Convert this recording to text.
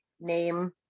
name